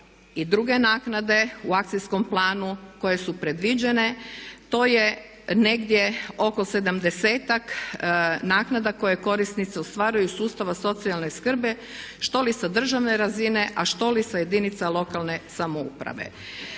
i druge naknade u akcijskom planu koje su predviđene, to je negdje oko 70-ak naknada koje korisnice ostvaruju iz sustava socijalne skrbi što li sa državne razine, a što li sa jedinica lokalne samouprave.